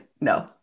no